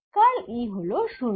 curl E হল 0